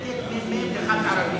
לתת ממלא-מקום לאחד מהערבים.